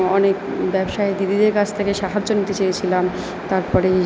অনেক ব্যবসায়ী দিদিদের কাছ থেকে সাহায্য নিতে চেয়েছিলাম তারপরে